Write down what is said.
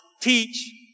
teach